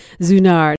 Zunar